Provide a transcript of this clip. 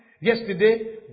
yesterday